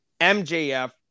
MJF